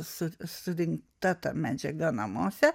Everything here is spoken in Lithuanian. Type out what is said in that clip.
su surinkta ta medžiaga namuose